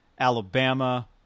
Alabama